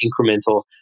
incremental